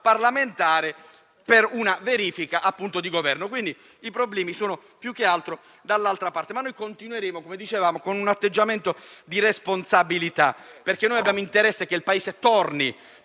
richiede una verifica di Governo. I problemi sono più che altro dall'altra parte. Ma noi continueremo con un atteggiamento di responsabilità, perché abbiamo interesse che il Paese torni